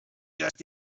just